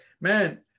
man